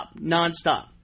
nonstop